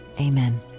amen